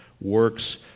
works